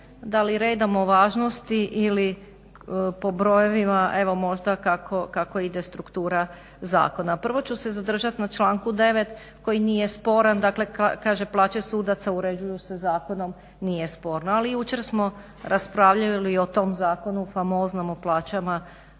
da li redamo važnosti ili po brojevima, evo možda kako ide struktura zakona. Prvo ću se zadržati na članku 9. koji nije sporan, kaže plaće sudaca uređuju se zakonom, nije sporno. Ali jučer smo raspravljali o tom zakonu famoznom o plaćama